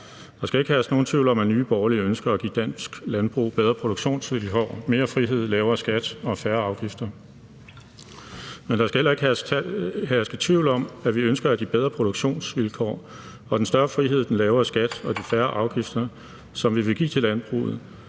Der skal ikke herske nogen tvivl om, at Nye Borgerlige ønsker at give dansk landbrug bedre produktionsvilkår, mere frihed, lavere skat og færre afgifter. Men der skal altså heller ikke herske tvivl om, at vi ønsker at give bedre produktionsvilkår, og den større frihed, den lavere skat og de færre afgifter, som vi vil give til landbruget,